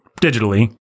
digitally